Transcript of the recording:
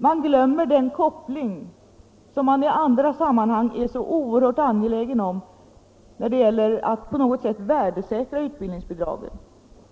De glömmer den koppling som de i andra sammanhang är så oerhört angelägna om — att värdesäkra utbildningsbidraget.